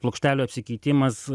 plokštelių apsikeitimas